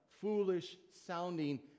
foolish-sounding